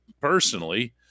personally